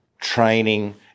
training